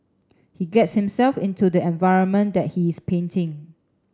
he gets himself into the environment that he's painting